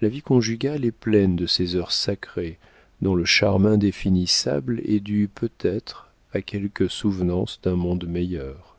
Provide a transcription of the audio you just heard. la vie conjugale est pleine de ces heures sacrées dont le charme indéfinissable est dû peut-être à quelque souvenance d'un monde meilleur